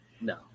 No